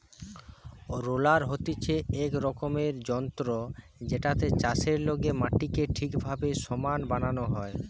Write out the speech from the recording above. roller হতিছে এক রকমের যন্ত্র জেটাতে চাষের লেগে মাটিকে ঠিকভাবে সমান বানানো হয়